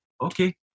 okay